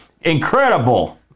incredible